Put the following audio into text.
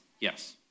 Yes